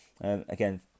again